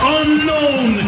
unknown